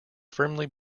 firmly